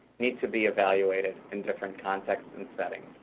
needs to be evaluated in different contexts and settings.